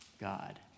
God